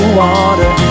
water